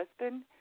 husband